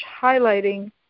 highlighting